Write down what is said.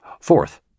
Fourth